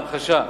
להמחשה,